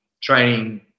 training